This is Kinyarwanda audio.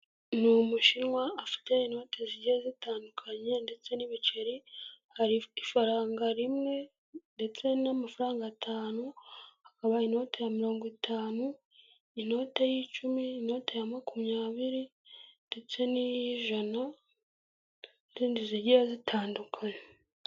Ni umushinwa afite inote zigiye zitandukanye ndetse n'ibiceri, hari ifaranga rimwe ndetse n'amafaranga atanu, hakaba inote ya mirongo itanu, inote y'icumi, inote ya makumyabiri ndetse n'iy'ijana n'izindi zigiye zitandukanye.